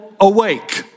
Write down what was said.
Awake